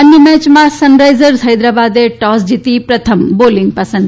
અન્ય મેચમાં સનરાઇઝર્સ હૈદરાબાદે ટોસ જીતી પ્રથમ બોલિંગ પસંદ કરી